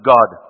God